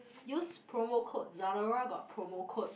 use promo code Zalora got promo code